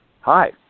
hi